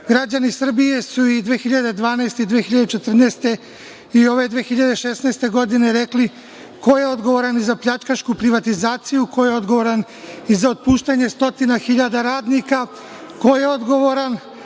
Građani Srbije su i 2012. i 2014. godine, i ove 2016. godine, rekli ko je odgovoran za pljačkašku privatizaciju, ko je odgovoran i za otpuštanje stotina hiljada radnika, ko je odgovoran